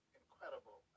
incredible